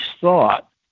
thought